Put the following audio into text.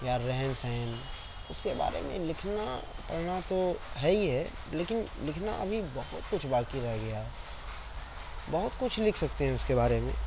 یا رہن سہن اُس کے بارے میں لکھنا پڑھنا تو ہے ہی ہے لیکن لکھنا ابھی بہت کچھ باقی رہ گیا ہے بہت کچھ لِکھ سکتے ہیں اِس کے بارے میں